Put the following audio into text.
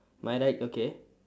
my right okay